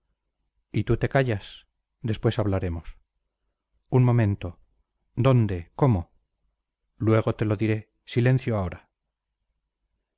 y tú te callas después hablaremos un momento dónde cómo luego te lo diré silencio ahora